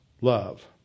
love